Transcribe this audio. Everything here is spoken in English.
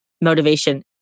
motivation